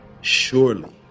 Surely